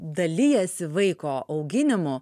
dalijasi vaiko auginimu